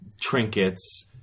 trinkets